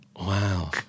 Wow